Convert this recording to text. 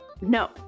no